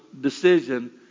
decision